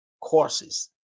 courses